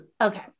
Okay